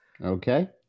Okay